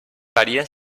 varien